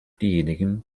diejenigen